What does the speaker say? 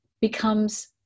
becomes